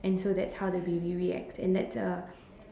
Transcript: and so that's how the baby reacts and that's a